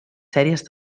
sèries